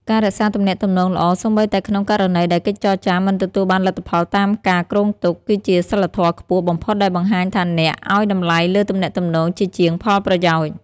ការរក្សាទំនាក់ទំនងល្អសូម្បីតែក្នុងករណីដែលកិច្ចចរចាមិនទទួលបានលទ្ធផលតាមការគ្រោងទុក គឺជាសីលធម៌ខ្ពស់បំផុតដែលបង្ហាញថាអ្នកឱ្យតម្លៃលើទំនាក់ទំនងជាជាងផលប្រយោជន៍។